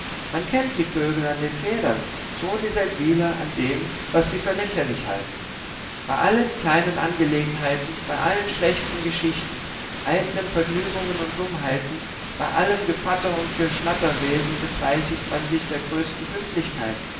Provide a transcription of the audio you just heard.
man kennt die vögel an den federn so die seldwyler an dem was sie für lächerlich halten bei allen kleinen angelegenheiten bei allen schlechten geschichten eitlen vergnügungen und dummheiten bei allem gevatter und geschnatterwesen befleißigt man sich der größten pünktlichkeit